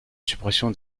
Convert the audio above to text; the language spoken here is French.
suppression